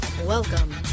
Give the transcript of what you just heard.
Welcome